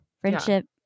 Friendship